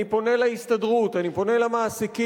אני פונה להסתדרות, אני פונה למעסיקים: